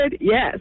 yes